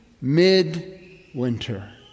midwinter